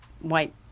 white